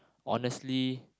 honestly